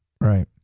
Right